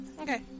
Okay